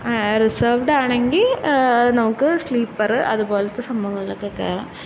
reserved ആണെങ്കില് നമുക്ക് sleeper അതുപോലത്തെ സംഭവങ്ങളിലൊക്കെ കയറാം